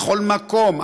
בכל מקום,